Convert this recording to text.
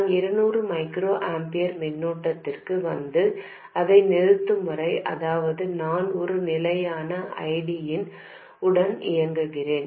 நான் இருநூறு micro ampere மின்னோட்டத்திற்கு வந்து அதை நிறுத்தும் வரை அதாவது நான் ஒரு நிலையான I D உடன் இயங்குகிறேன்